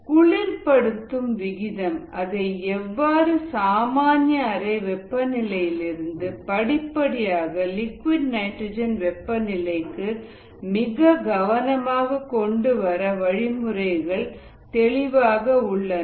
குளிர் படுத்தும் விகிதம் அதை எவ்வாறு சாமானிய அறை வெப்பநிலையிலிருந்து படிப்படியாக லிக்விட் நைட்ரஜன் வெப்பநிலைக்கு மிக கவனமாக கொண்டுவர வழிமுறைகள் தெளிவாக உள்ளன